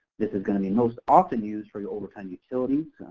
this is going to be most often used for your overtime utilities,